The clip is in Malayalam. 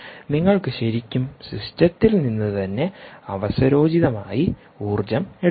നിങ്ങൾക്ക് ശരിക്കും സിസ്റ്റത്തിൽ നിന്ന് തന്നെ അവസരോചിതമായി ഊർജ്ജം എടുക്കാം